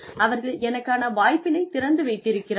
அவர்கள் எனக்காக வாய்ப்பினை திறந்து வைத்திருக்கிறார்கள்